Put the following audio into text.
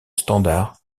standard